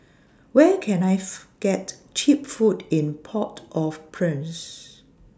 Where Can I get Cheap Food in Port of Prince